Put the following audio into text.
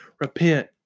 repent